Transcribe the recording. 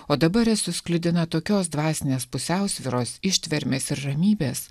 o dabar esu sklidina tokios dvasinės pusiausvyros ištvermės ir ramybės